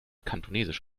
kantonesisch